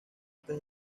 antes